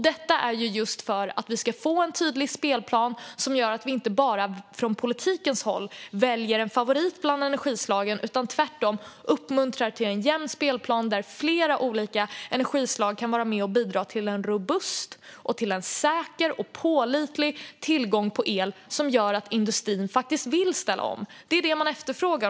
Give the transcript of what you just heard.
Detta är för att vi ska få en tydlig spelplan som gör att vi från politikens håll inte bara väljer en favorit bland energislagen utan tvärtom uppmuntrar till en jämn spelplan där flera olika energislag kan vara med och bidra till en robust, säker och pålitlig tillgång på el som gör att industrin vill ställa om. Det är detta man efterfrågar.